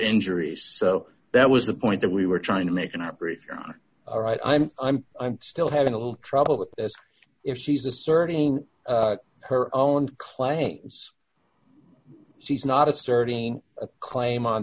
injuries so that was the point that we were trying to make an operator on all right i'm i'm i'm still having a little trouble with as if she's asserting her own claims she's not asserting a claim on